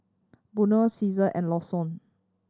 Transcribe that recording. Burnett Ceasar and Lawson